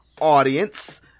audience